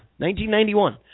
1991